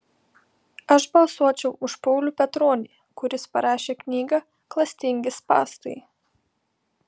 aš balsuočiau už paulių petronį kuris parašė knygą klastingi spąstai